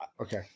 Okay